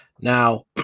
now